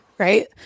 right